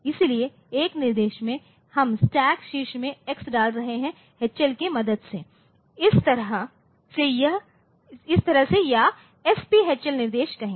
इसलिए एक निर्देश में हम स्टैक शीर्ष में x डाल रहे हैं HL की मदद से इस तरह से या SPHL निर्देश कहें